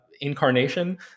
incarnation